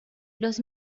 los